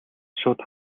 шууд